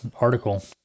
article